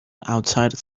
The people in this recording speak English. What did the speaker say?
outside